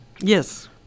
Yes